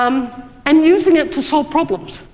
um and using it to solve problems.